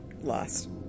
Lost